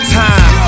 time